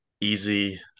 easy